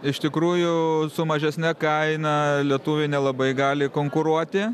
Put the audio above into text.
iš tikrųjų su mažesne kaina lietuviai nelabai gali konkuruoti